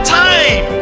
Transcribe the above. time